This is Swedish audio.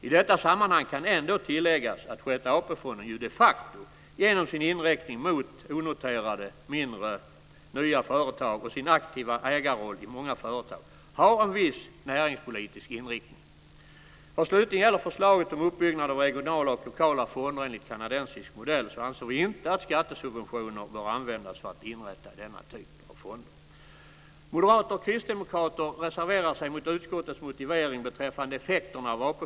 I detta sammanhang kan ändå tilläggas att Sjätte AP-fonden de facto genom sin inriktning mot onoterade mindre, nya företag och sin aktiva ägarroll i många företag har en viss näringspolitisk inriktning. Vad slutligen gäller förslaget om uppbyggnad av regionala och lokala fonder enligt kanadensisk modell anser vi inte att skattesubventioner bör användas för att inrätta denna typ av fonder.